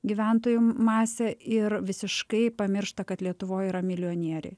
gyventojų masę ir visiškai pamiršta kad lietuvoj yra milijonieriai